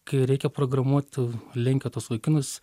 kai reikia programuot linkę tuos vaikinus